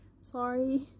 Sorry